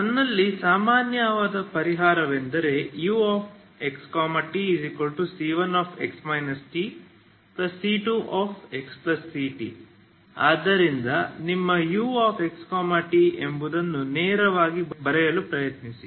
ನನ್ನಲ್ಲಿ ಸಾಮಾನ್ಯವಾದ ಪರಿಹಾರವೆಂದರೆ uxtc1x ctc2xct ಆದ್ದರಿಂದ ನಿಮ್ಮ u x t ಎಂಬುದನ್ನು ನೇರವಾಗಿ ಬರೆಯಲು ಪ್ರಯತ್ನಿಸಿ